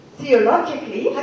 theologically